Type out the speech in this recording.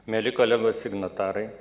mieli kolegos signatarai